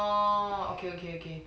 oh okay okay